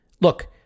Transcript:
Look